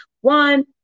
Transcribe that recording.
one